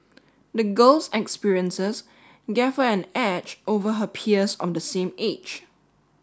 the girl's experiences gave her an edge over her peers of the same age